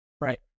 Right